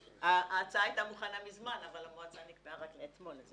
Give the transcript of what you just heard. ההצעה הייתה מוכנה מזמן אבל המועצה נקבעה רק אתמול,